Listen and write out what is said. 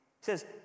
says